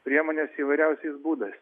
priemonėse įvairiausiais būdais